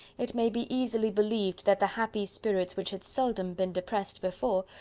it may be easily believed that the happy spirits which had seldom been depressed before,